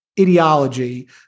ideology